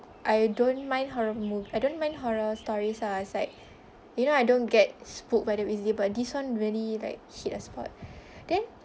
I don't mind horror mo~ I don't mind horror stories lah it's like you know I don't get spooked by them easily but this [one] really like hit a spot then